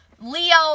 Leo